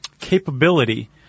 capability